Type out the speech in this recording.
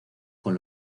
con